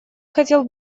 хотел